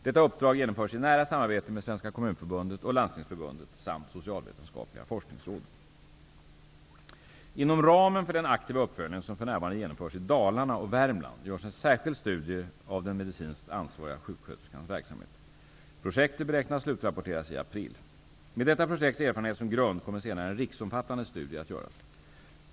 Detta uppdrag genomförs i nära samarbete med Svenska Kommunförbundet och Inom ramen för den aktiva uppföljningen som för närvarande genomförs i Dalarna och Värmland görs en särskild studie av den medicinskt ansvariga sjuksköterskans verksamhet. Projektet beräknas slutrapporteras i april. Med detta projekts erfarenheter som grund kommer senare en riksomfattande studie att göras.